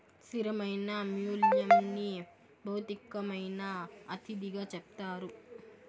స్థిరమైన మూల్యంని భౌతికమైన అతిథిగా చెప్తారు